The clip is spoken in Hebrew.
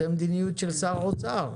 זאת מדיניות של שר האוצר.